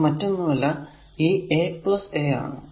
അത് മറ്റൊന്നുമല്ല ഈ a a ആണ്